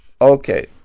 Okay